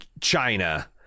China